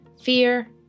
fear